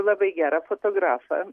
labai gerą fotografą